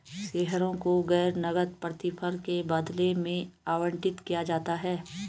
शेयरों को गैर नकद प्रतिफल के बदले में आवंटित किया जाता है